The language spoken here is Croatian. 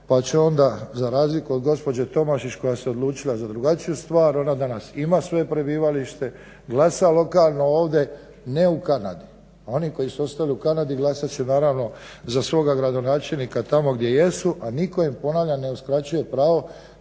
pa će onda za razliku od gospođe Tomašić koja se odlučila za drugačiju stvar, ona danas ima svoje prebivalište, glasa lokalno ovdje, ne u Kanadi. A oni koji su ostali u Kanadi glasat će naravno za svoga gradonačelnika tamo gdje jesu, a nitko im ponavljam ne uskraćuje pravo